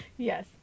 Yes